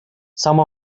some